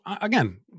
again